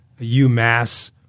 UMass